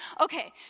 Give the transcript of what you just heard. Okay